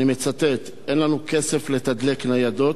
אני מצטט: אין לנו כסף לתדלק ניידות,